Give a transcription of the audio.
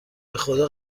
بخدا